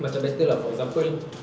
macam battle ah for example